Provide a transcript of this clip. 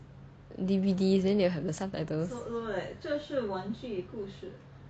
D_V_D then you have like the subtitles